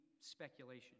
speculation